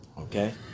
Okay